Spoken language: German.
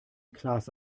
klaas